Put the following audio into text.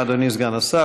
אדוני סגן השר,